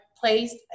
placed